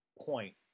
point